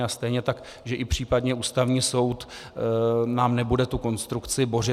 A stejně tak že i případně Ústavní soud nám nebude tu konstrukci bořit.